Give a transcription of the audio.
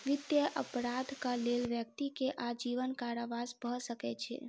वित्तीय अपराधक लेल व्यक्ति के आजीवन कारावास भ सकै छै